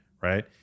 right